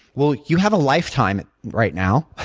well, you have a lifetime right now.